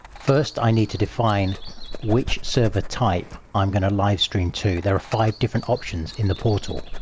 first i need to define which server type i'm going to live stream to. there are five different options in the portal.